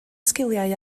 sgiliau